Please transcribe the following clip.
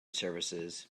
services